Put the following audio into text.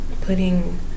putting